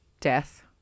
death